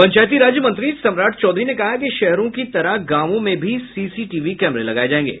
पंचायती राज मंत्री सम्राट चौधरी ने कहा है कि शहरों की तरह गांवों में भी सीसीटीवी कैमरे लगाये जायेंगे